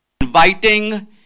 inviting